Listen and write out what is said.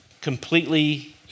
completely